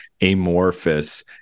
amorphous